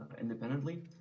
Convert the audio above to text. independently